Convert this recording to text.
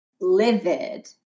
livid